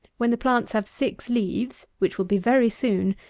when the plants have six leaves, which will be very soon,